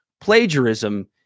plagiarism